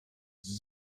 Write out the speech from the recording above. sie